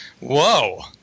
Whoa